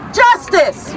justice